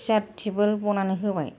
चेयार table बनानै होबाय